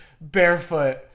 barefoot